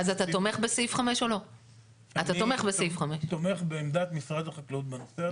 אז אתה תומך בסעיף 5. אני תומך בעמדת משרד החקלאות בנושא הזה.